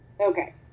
Okay